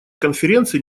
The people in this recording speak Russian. конференции